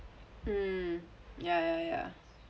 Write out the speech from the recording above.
mm ya ya ya